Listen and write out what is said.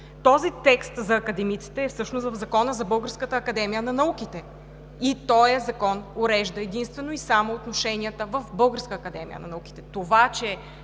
Този текст за академиците всъщност е в Закона за Българската академия на науките и този закон урежда единствено и само отношенията в Българската академия на науките. Това, че